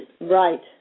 Right